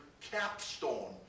capstone